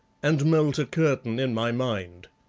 and melt a curtain in my mind.